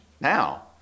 Now